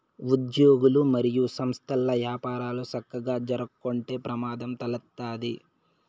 ఉజ్యోగులు, మరియు సంస్థల్ల యపారాలు సక్కగా జరక్కుంటే ప్రమాదం తలెత్తతాది